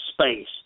space